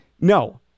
No